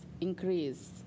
increase